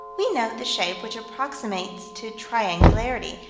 we note the shape which approximates to triangularity,